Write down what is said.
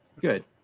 good